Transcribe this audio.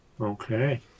Okay